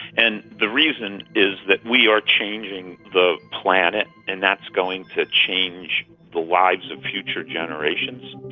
and the reason is that we are changing the planet, and that's going to change the lives of future generations.